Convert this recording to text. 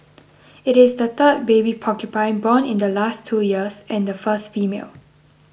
it is the third baby porcupine born in the last two years and the first female